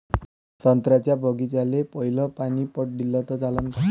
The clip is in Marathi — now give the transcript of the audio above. संत्र्याच्या बागीचाले पयलं पानी पट दिलं त चालन का?